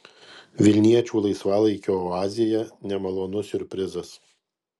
vilniečių laisvalaikio oazėje nemalonus siurprizas